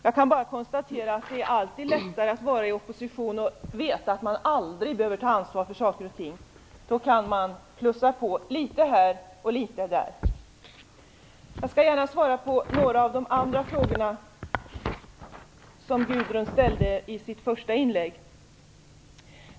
Jag kan bara konstatera att det alltid är lättare att vara i opposition och veta att man aldrig behöver ta ansvar för saker och ting. Då kan man plussa på litet här och litet där. Jag skall gärna svara på några av de andra frågorna som Gudrun Lindvall ställde i sitt första inlägg.